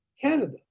Canada